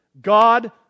God